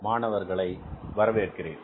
மாணவர்களை வரவேற்கிறேன்